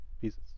pieces